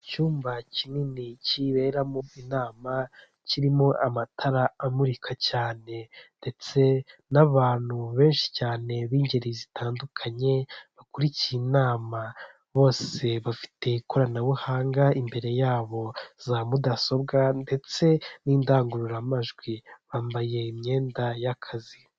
Icyumba kinini kiberamo inama, kirimo amatara amurika cyane ndetse n'abantu benshi cyane b'ingeri zitandukanye bakurikiye inama; bose bafite ikoranabuhanga imbere yabo za mudasobwa ndetse n'indangururamajwi; bambaye imyenda y'akazi.